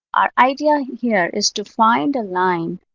our idea here is to find a line